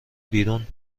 بیرون